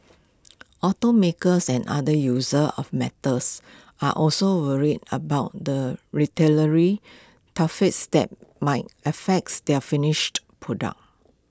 automakers and other users of metals are also worried about the tariffs that might affects their finished products